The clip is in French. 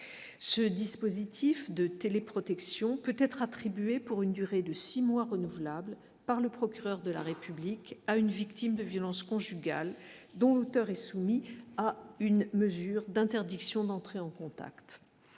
ce dispositif de télé protection peut-être attribué pour une durée de 6 mois renouvelable par le procureur de la République à une victime de violences conjugales dont l'auteur est soumis à une mesure d'interdiction d'entrer en contact,